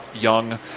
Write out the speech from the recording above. young